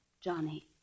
Johnny